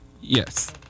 Yes